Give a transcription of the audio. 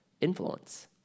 influence